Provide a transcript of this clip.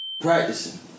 practicing